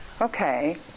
okay